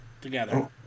together